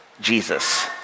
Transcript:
Jesus